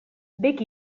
bec